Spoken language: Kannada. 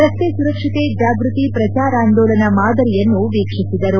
ರಸ್ತೆ ಸುರಕ್ಷತೆ ಜಾಗೃತಿ ಪ್ರಚಾರಾಂದೋಲನ ಮಾದರಿಯನ್ನು ವೀಕ್ಷಿಸಿದರು